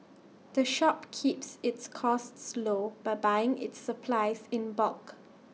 the shop keeps its costs low by buying its supplies in bulk